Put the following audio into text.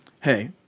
hey